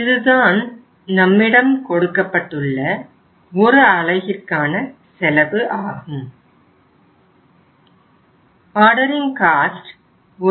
இதுதான் நம்மிடம் கொடுக்கப்பட்டுள்ள ஒரு அலகிற்கான செலவு ஆகும்